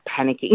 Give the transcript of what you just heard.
panicking